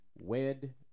wed